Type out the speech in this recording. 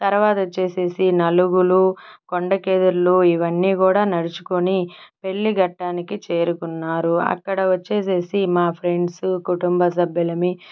తర్వాత వచ్చేసేసి నలుగులు కొండకెదుర్లు ఇవన్నీ కూడా నడుచుకొని పెళ్ళి గట్టానికి చేరుకున్నారు అక్కడ వచ్చేసేసి మా ఫ్రెండ్సు కుటుంబ సభ్యులమి